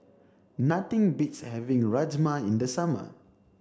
nothing beats having Rajma in the summer